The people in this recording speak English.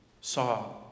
saw